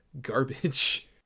garbage